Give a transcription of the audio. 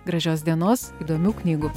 gražios dienos įdomių knygų